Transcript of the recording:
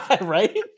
Right